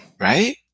right